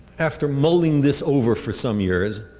after mulling this over for some years,